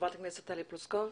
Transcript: ח"כ טלי פלוסקוב.